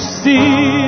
see